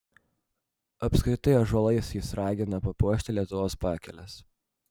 apskritai ąžuolais jis ragina papuošti lietuvos pakeles